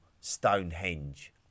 Stonehenge